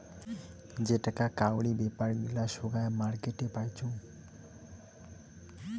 যেটাকা কাউরি বেপার গিলা সোগায় মার্কেটে পাইচুঙ